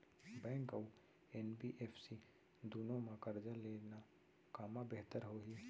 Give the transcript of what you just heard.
Bank अऊ NBFC दूनो मा करजा लेना कामा बेहतर होही?